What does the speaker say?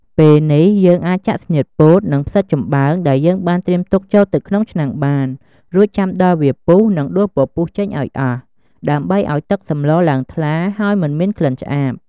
ពេលនេះ យើងអាចចាក់ស្នៀតពោត និង ផ្សិតចំបើងដែលយើងបានត្រៀមទុកចូលទៅក្នុងឆ្នាំងបាន រួចចាំដល់វាពុះ និងដួសពពុះចេញឱ្យអស់ ដើម្បីឱ្យទឹកសម្លឡើងថ្លា ហើយមិនមានក្លិនឆ្អាប។